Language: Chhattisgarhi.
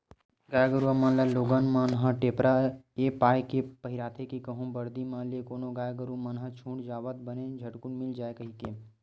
गाय गरुवा मन ल लोगन मन ह टेपरा ऐ पाय के पहिराथे के कहूँ बरदी म ले कोनो गाय गरु मन ह छूट जावय ता बने झटकून मिल जाय कहिके